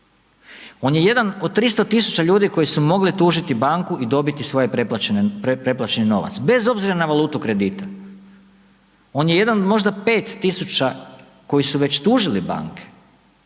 on je jedan od 300.000 ljudi koji su mogli tužiti banku i dobiti svoje preplaćene, preplaćeni novac, bez obzira na valutu kredita. On je jedan od možda 5.000 koji su već tužili banke,